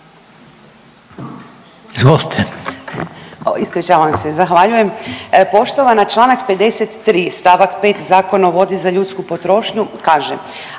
(SDP)** Ispričavam se, zahvaljujem. Poštovana Članak 53. stavak 5. Zakona o vodi za ljudsku potrošnju kaže,